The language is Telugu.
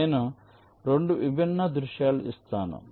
నేను 2 విభిన్న దృశ్యాలు ఇస్తాను